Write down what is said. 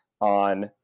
on